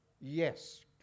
Yes